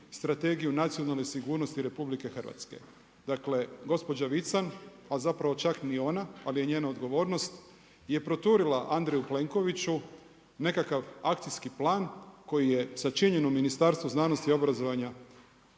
Strategiju nacionalne sigurnosti RH. Dakle gospođa Vican ali zapravo čak ni ona, ali je njena odgovornost, je proturila Andreju Plenkoviću nekakav akcijski plan koji je sačinjen u Ministarstvu znanosti i obrazovanja